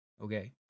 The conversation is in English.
Okay